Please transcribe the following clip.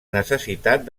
necessitat